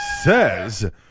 says